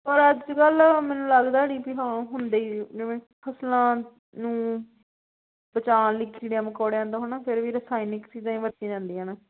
ਪਰ ਅੱਜ ਕੱਲ੍ਹ ਮੈਨੂੰ ਲੱਗਦਾ ਨਹੀਂ ਵੀ ਹਾਂ ਹੁੰਦੇ ਹੀ ਸੀ ਜਿਵੇਂ ਫਸਲਾਂ ਨੂੰ ਬਚਾਉਣ ਲਈ ਕੀੜਿਆ ਮਕੌੜਿਆਂ ਦਾ ਹੈ ਨਾ ਫਿਰ ਵੀ ਰਸਾਇਣਿਕ ਚੀਜ਼ਾਂ ਹੀ ਵਰਤੀਆਂ ਜਾਂਦੀਆਂ ਨੇ